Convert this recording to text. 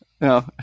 No